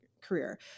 career